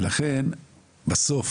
לכן אני,